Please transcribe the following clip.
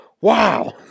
Wow